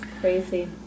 Crazy